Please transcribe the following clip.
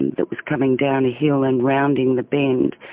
that was coming down a hill and rounding the bend.